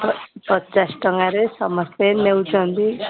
ପଚାଶ ଟଙ୍କାରେ ସମସ୍ତେ ନେଉଛନ୍ତି